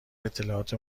اطلاعات